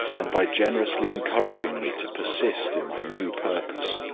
and by generously encouraging me to persist in my new purpose.